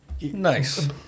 Nice